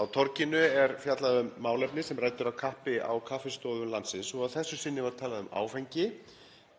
Á Torginu er fjallað um málefni sem rædd eru af kappi á kaffistofum landsins og að þessu sinni var talað um áfengi,